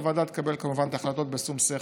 הוועדה תקבל כמובן את ההחלטות בשום שכל,